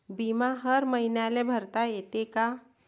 बिमा हर मईन्याले भरता येते का?